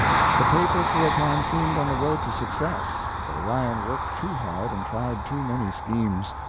the paper for a time seemed on the road to success, but orion worked too hard and tried too many schemes.